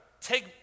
Take